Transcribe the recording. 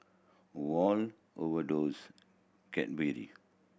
Wall Overdose Cadbury